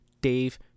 Dave